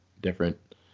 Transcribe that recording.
different